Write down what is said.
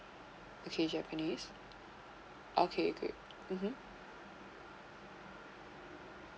okay japanese okay good mmhmm